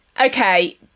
Okay